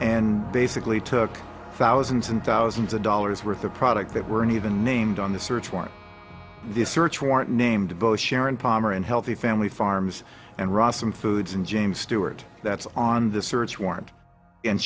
and basically took thousands and thousands of dollars worth of products that weren't even named on the search warrant the search warrant named sharon palmer unhealthy family farms and rossum foods and james stewart that's on the search warrant and